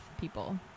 people